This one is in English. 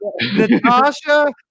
Natasha